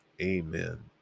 Amen